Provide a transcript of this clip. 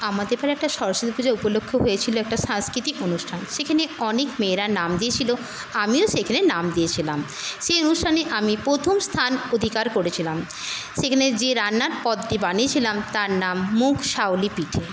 আমাদের পাড়ায় একটা সরস্বতী পুজো উপলক্ষে হয়েছিল একটা সাংস্কৃতিক অনুষ্ঠান সেখানে অনেক মেয়েরা নাম দিয়েছিল আমিও সেইখানে নাম দিয়েছিলাম সেই অনুষ্ঠানে আমি প্রথম স্থান অধিকার করেছিলাম সেখানে যে রান্নার পদটি বানিয়েছিলাম তার নাম মুগ শাওলি পিঠে